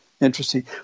interesting